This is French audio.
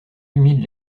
humides